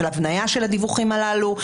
של התניה של הדיווחים הללו.